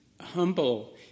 Humble